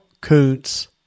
Koontz